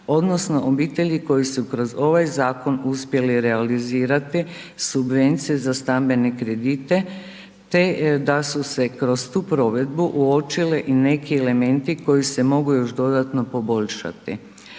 odnosno obitelji koji su kroz ovaj zakon uspjeli realizirati subvenciju za stambene kredite te da su se kroz tu provedbu uočile i neki elementi koji se mogu još dodatno poboljšati.